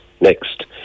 next